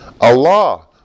Allah